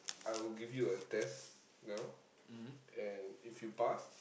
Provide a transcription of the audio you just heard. I will give you a test now and if you pass